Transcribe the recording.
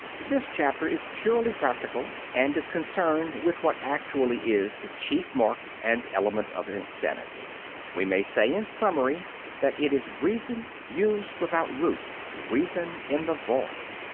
this chapter is purely practical and is concerned with what actually is the chief mark and element of insanity we may say in summary that it is reason used without root, reason in the void.